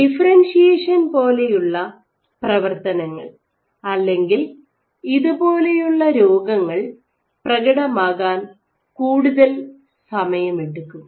differentiation പോലെയുള്ള പ്രവർത്തനങ്ങൾ അല്ലെങ്കിൽ ഇതു പോലെയുള്ള രോഗങ്ങൾ പ്രകടമാകാൻ കൂടുതൽ സമയമെടുക്കും